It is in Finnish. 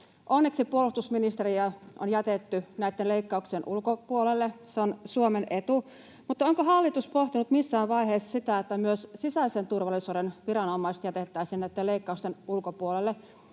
Onneksi puolustusministeriö on jätetty näitten leikkauksien ulkopuolelle, se on Suomen etu, mutta onko hallitus pohtinut missään vaiheessa sitä, että myös sisäisen turvallisuuden viranomaiset jätettäisiin leikkausten ulkopuolelle?